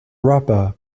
rubber